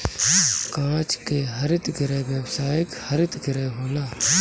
कांच के हरित गृह व्यावसायिक हरित गृह होला